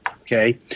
okay